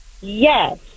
Yes